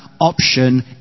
option